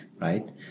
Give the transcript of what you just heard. right